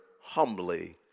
humbly